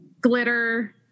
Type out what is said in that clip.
glitter